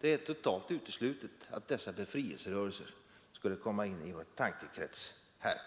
Det är totalt uteslutet att dessa befrielserörelser skulle komma in i vår tankekrets här.